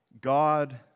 God